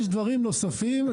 יש דברים נוספים.